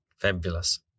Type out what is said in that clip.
Fabulous